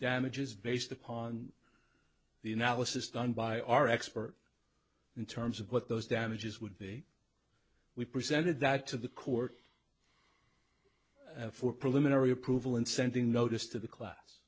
damages based upon the analysis done by our expert in terms of what those damages would be we presented that to the court for preliminary approval and sending notice to the class